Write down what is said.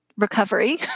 Recovery